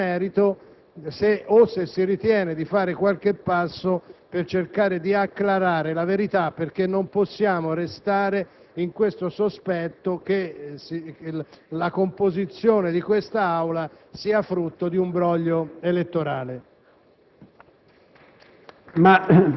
mettere a disposizione della Commissione di merito o se si ritenga di fare qualche passo per cercare di acclarare la verità. Infatti, non possiamo restare nel sospetto che la composizione di quest'Aula sia il frutto di un broglio elettorale.